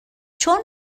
چون